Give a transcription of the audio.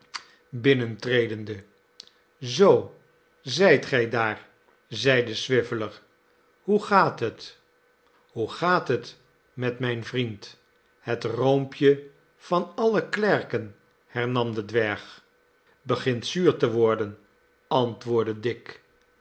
binnentredende zoo zijt gij daar zeide swiveller hoe gaat het hoe gaat het met mijn vriend het roompje van alle klerken hernam de dwerg begint zuur te worden antwoordde dick